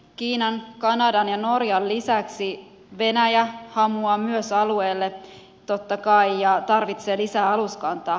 kiinan kanadan ja norjan lisäksi venäjä hamuaa myös alueelle totta kai ja tarvitsee lisää aluskantaa